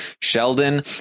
Sheldon